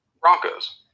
Broncos